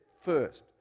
first